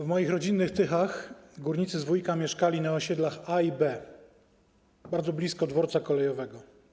W moich rodzinnych Tychach górnicy z Wujka mieszkali na osiedlach A i B, bardzo blisko dworca kolejowego.